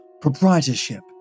proprietorship